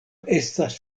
estas